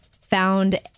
found